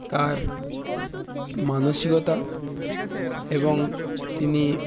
তার মানসিকতা এবং তিনি